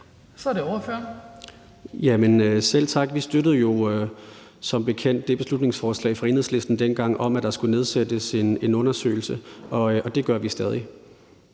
Ryle (LA): Jamen selv tak. Vi støttede jo som bekendt det beslutningsforslag fra Enhedslisten dengang om, at der skulle foretages en undersøgelse, og det gør vi stadig.